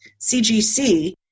CGC